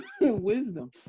wisdom